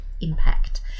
impact